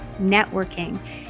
networking